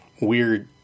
weird